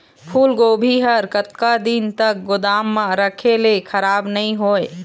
फूलगोभी हर कतका दिन तक गोदाम म रखे ले खराब नई होय?